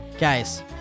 Guys